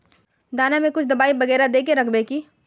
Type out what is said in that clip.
दाना में कुछ दबाई बेगरा दय के राखबे की?